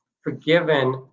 forgiven